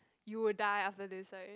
you will die after this right